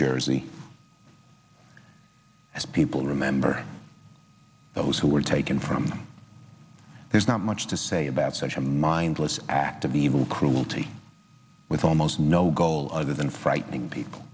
jersey as people remember those who were taken from there's not much to say about such a mindless act of evil cruelty with almost no goal other than frightening people